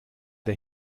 der